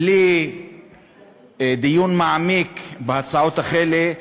בלי דיון מעמיק בהצעות האלה,